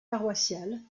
paroissiales